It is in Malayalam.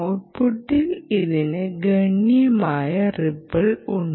ഔട്ട്പുട്ടിൽ ഇതിന് ഗണ്യമായ റിപ്പിൾ ഉണ്ട്